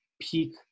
peak